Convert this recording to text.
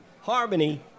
Harmony